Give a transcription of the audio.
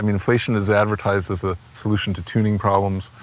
um inflation is advertised as a solution to tuning problems,